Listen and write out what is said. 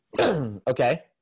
Okay